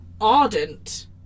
ardent